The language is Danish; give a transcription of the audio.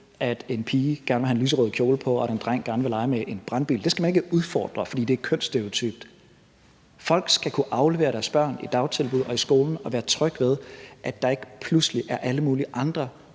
at en pige gerne vil have en lyserød kjole på, og at en dreng gerne vil lege med en brandbil. Det skal man ikke udfordre, fordi det er kønsstereotypt. Folk skal kunne aflevere deres børn i et dagtilbud og i skolen og være trygge ved, at der ikke pludselig er alle mulige andre